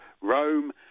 Rome